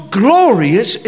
glorious